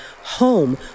home